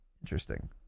Interesting